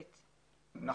זה